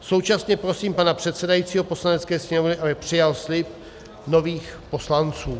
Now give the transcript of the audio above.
Současně prosím pana předsedajícího Poslanecké sněmovny, aby přijal slib nových poslanců.